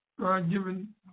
God-given